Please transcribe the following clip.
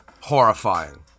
horrifying